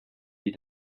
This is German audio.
die